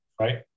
right